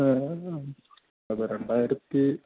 അതേ രണ്ടായിരത്തി